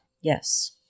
Yes